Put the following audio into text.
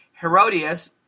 Herodias